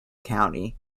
county